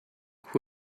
who